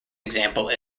example